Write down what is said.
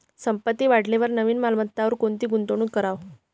संपत्ती वाढेलवर नवीन मालमत्तावर कोणती गुंतवणूक करवा